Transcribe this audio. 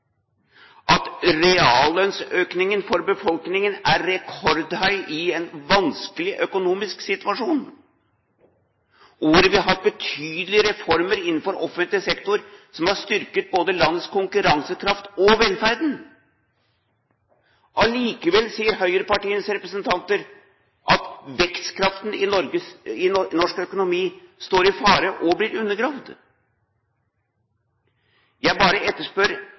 at reallønnsøkningen for befolkningen er rekordhøy i en vanskelig økonomisk situasjon, og hvor vi har hatt betydelige reformer innenfor offentlig sektor, som har styrket både landets konkurransekraft og velferden? Allikevel sier høyrepartienes representanter at vekstkraften i norsk økonomi står i fare og blir undergravd. Jeg bare etterspør: